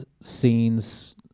scenes